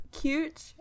cute